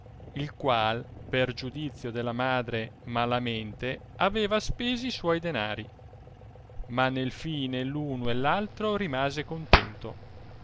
il qual per giudizio della madre malamente aveva spesi i suoi danari ma nel fine l'uno e r altro rimase contento